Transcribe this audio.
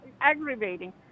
aggravating